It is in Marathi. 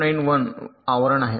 1 आवरण आहेत